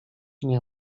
nie